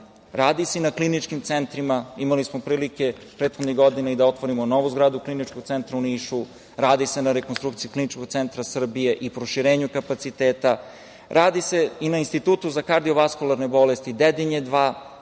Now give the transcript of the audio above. radi se i na kliničkim centrima. Imali smo prilike prethodnih godina i da otvorimo novu zgradu Kliničkog centra u Nišu. Radi se na rekonstrukciji Kliničkog centra Srbije i proširenju kapaciteta. Radi se i na Institutu za kardiovaskularne bolesti Dedinje 2,